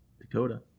Dakota